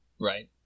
Right